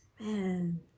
Man